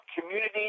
community